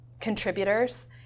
contributors